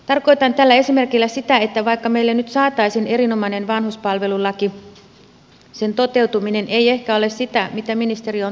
tarkoitan tällä esimerkillä sitä että vaikka meille nyt saataisiin erinomainen vanhuspalvelulaki sen toteutuminen ei ehkä ole sitä mitä ministeri on tarkoittanut